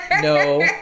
No